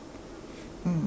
mm